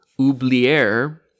oublier